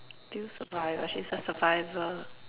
still survive ah she is a survivor